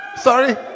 sorry